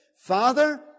Father